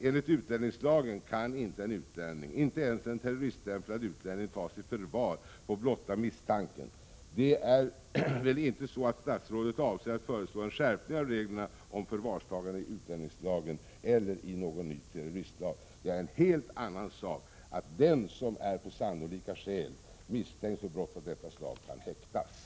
Enligt utlänningslagen kan inte en utlänning — inte ens en terroriststämplad utlänning — tas i förvar på blotta misstanken. Det är väl inte så att statsrådet avser att föreslå en skärpning av reglerna om förvarstagande i utlänningslagen eller i någon ny terroristlag? Det är en helt annan sak att den som är på sannolika skäl misstänkt för brott av detta slag kan häktas.